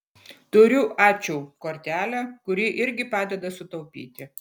turiu ačiū kortelę kuri irgi padeda sutaupyti